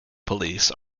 police